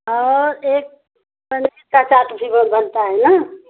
और एक पलकी का चाट भी वो बनता है ना